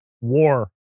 war